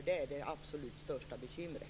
Det är det absolut största bekymret.